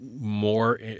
more